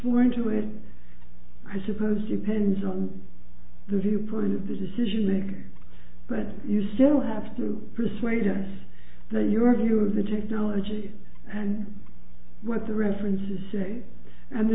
sworn to it i suppose depends on the viewpoint of the decision league but you still have to persuade us that your view of the technology and what the references say and the